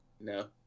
No